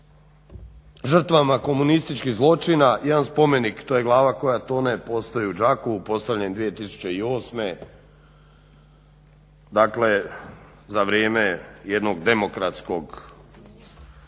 žrtvama komunističkih zločina, jedan spomenik to je glava koja tone, postoji u Đakovu, postavljen 2008. dakle za vrijeme jednog demokratskog